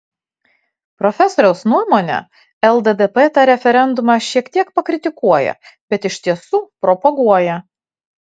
profesoriaus nuomone lddp tą referendumą šiek tiek pakritikuoja bet iš tiesų propaguoja